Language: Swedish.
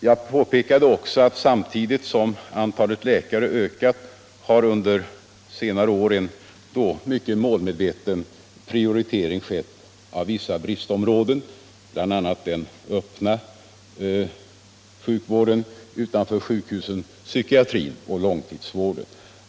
Jag påpekade också att samtidigt som antalet läkare ökat hade en under senare åren mycket målmedveten prioritering skett av vissa bristområden, bl.a. den öppna sjukvården utanför sjukhusen, psykiatrin och långtidsvården.